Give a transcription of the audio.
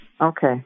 Okay